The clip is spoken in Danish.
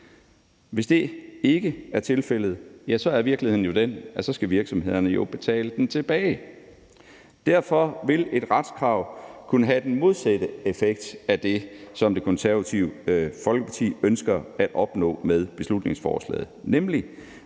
Hvis det ikke er tilfældet, er virkeligheden jo den, at så skal virksomhederne betale den tilbage. Derfor vil et retskrav kunne have den modsatte effekt af det, som Det Konservative Folkeparti ønsker at opnå med beslutningsforslaget,